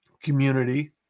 community